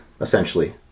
essentially